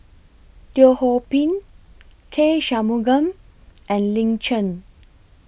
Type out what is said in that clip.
Teo Ho Pin K Shanmugam and Lin Chen